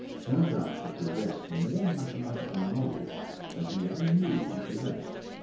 turns out to possess more mathematical knowledge than he ever knew he possessed.